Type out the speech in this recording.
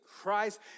Christ